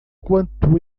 quanto